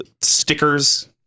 stickers